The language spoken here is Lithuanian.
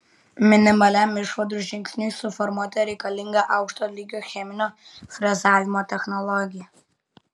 minimaliam išvadų žingsniui suformuoti reikalinga aukšto lygio cheminio frezavimo technologija